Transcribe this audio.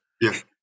Yes